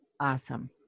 Awesome